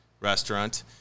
restaurant